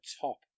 top